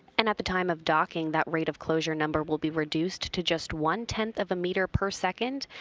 and at the time of docking, that rate of closure number will be reduced to just one-tenth of a meter per second,